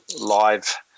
live